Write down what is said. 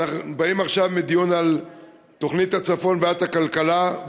אנחנו באים עכשיו מדיון על תוכנית הצפון בוועדת הכלכלה,